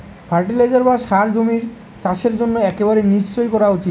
fertiliser বা সার জমির চাষের জন্য একেবারে নিশ্চই করা উচিত